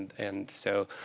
and so,